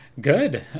Good